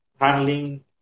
handling